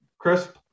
Crisp